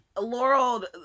Laurel